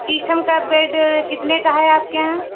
शीशम का बेड कितने का है आपके यहाँ